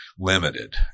Limited